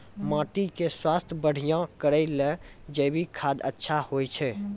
माटी के स्वास्थ्य बढ़िया करै ले जैविक खाद अच्छा होय छै?